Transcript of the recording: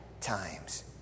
times